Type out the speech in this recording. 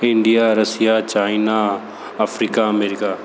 India Russia China Africa America